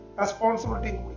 Responsibility